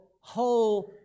whole